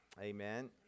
Amen